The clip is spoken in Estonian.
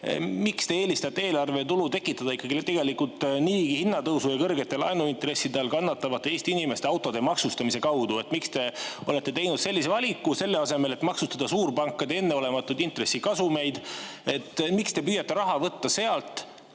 miks te eelistate eelarve tulu tekitada niigi hinnatõusu ja kõrgete laenuintresside all kannatavate Eesti inimeste autode maksustamise kaudu? Miks te olete teinud sellise valiku, selle asemel et maksustada suurpankade enneolematuid intressikasumeid? Miks te püüate raha võtta sealt,